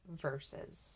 verses